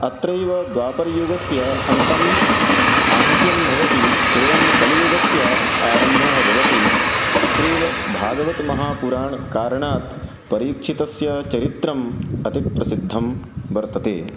अत्रैव द्वापरयुगस्य अन्तम् आन्त्यं भवति एवं कलियुगस्य आरम्भः भवति श्रीमद्भागवतमहापुराणकारणात् परीक्षितस्य चरित्रम् अतिप्रसिद्धं वर्तते